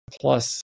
plus